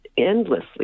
endlessly